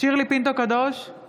שירלי פינטו קדוש, אינה